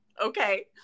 Okay